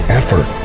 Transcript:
effort